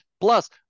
plus